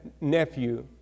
Nephew